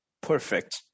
perfect